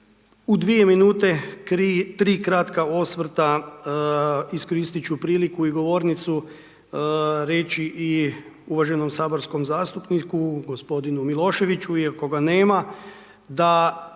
u dvije minute tri kratka osvrta, iskoristi ću priliku i govornicu reći i uvaženom saborskom zastupniku g. Miloševiću iako ga nema, da